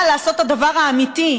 אבל לעשות את הדבר האמיתי,